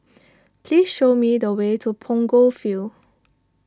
please show me the way to Punggol Field